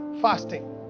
fasting